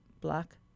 black